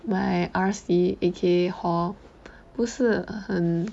买 R_C_A_K hor 不是很